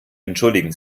entschuldigen